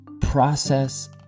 process